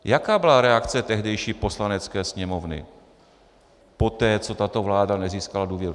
Jaká byla reakce tehdejší Poslanecké sněmovny poté, co tato vláda nezískala důvěru?